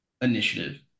initiative